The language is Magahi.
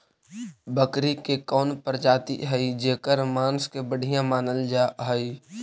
बकरी के कौन प्रजाति हई जेकर मांस के बढ़िया मानल जा हई?